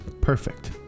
perfect